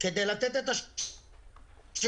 אני חושב